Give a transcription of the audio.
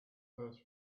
first